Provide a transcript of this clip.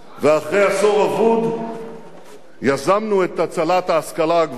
ואחרי עשור אבוד יזמנו את הצלת ההשכלה הגבוהה.